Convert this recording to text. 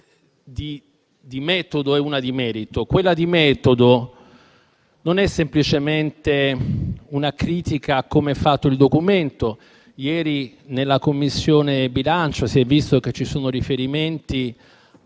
di metodo e una di merito. Quella di metodo non è semplicemente una critica a come è fatto il Documento: ieri in 5a Commissione si è visto che ci sono riferimenti